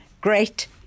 Great